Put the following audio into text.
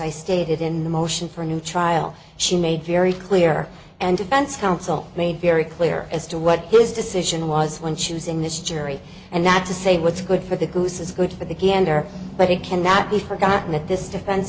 i stated in the motion for new trial she made very clear and defense counsel made very clear as to what his decision was when choosing this jury and not to say what's good for the goose is good for the gander but it cannot be forgotten that this defen